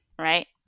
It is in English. right